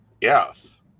Yes